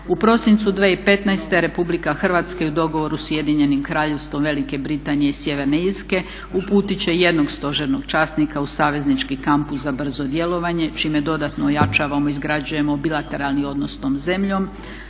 U prosincu 2015. Republika Hrvatska u dogovoru s Ujedinjenim Kraljevstvom Velike Britanije i Sjeverne Irske uputit će jednog stožernog časnika u saveznički kampus za brzo djelovanje čime dodatno ojačavamo i izgrađujemo bilateralni odnos s tom zemljom.